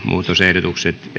muutosehdotukset